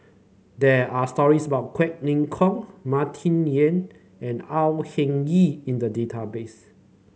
there are stories about Quek Ling Kiong Martin Yan and Au Hing Yee in the database